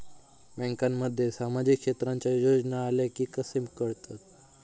बँकांमध्ये सामाजिक क्षेत्रांच्या योजना आल्या की कसे कळतत?